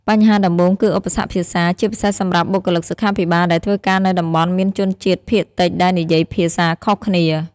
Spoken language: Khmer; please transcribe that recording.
បញ្ហាដំបូងគឺឧបសគ្គភាសា ជាពិសេសសម្រាប់បុគ្គលិកសុខាភិបាលដែលធ្វើការនៅតំបន់មានជនជាតិភាគតិចដែលនិយាយភាសាខុសគ្នា។